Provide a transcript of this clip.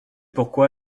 pourquoi